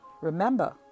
Remember